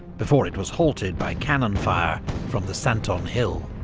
before it was halted by cannon fire from the santon hill.